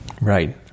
Right